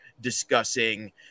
discussing